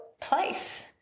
place